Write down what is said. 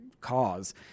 cause